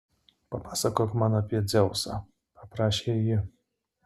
papasakok man apie dzeusą paprašė ji